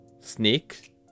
sneak